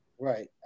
Right